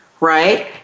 right